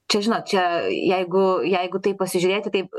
čia žinot čia jeigu jeigu taip pasižiūrėti taip